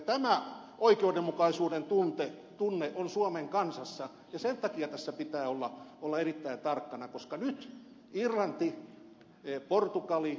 tämä oikeudenmukaisuuden tunne on suomen kansassa ja sen takia tässä pitää olla erittäin tarkkana koska nyt on irlanti portugali espanja